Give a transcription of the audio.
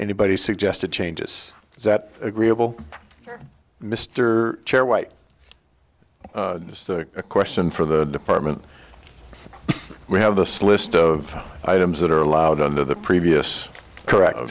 anybody suggested changes that agreeable mr chair white a question for the department we have this list of items that are allowed under the previous correct